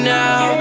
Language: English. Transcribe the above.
now